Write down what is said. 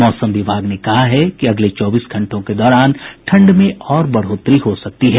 मौसम विभाग ने कहा है कि अगले चौबीस घंटों के दौरान ठंड में और बढ़ोतरी हो सकती है